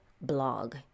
blog